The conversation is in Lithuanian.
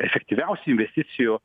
efektyviausių investicijų